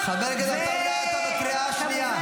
--- חבר הכנסת עטאונה, אתה בקריאה שנייה.